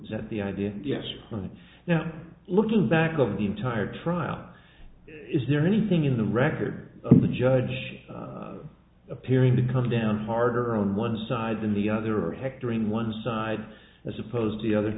was that the idea yes or no and now looking back of the entire trial is there anything in the record of the judge appearing to come down harder on one side than the other or hectoring one side as opposed to the other